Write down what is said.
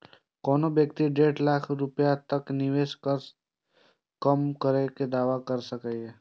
कोनो व्यक्ति डेढ़ लाख रुपैया तक के निवेश पर कर कम करै के दावा कैर सकैए